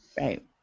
Right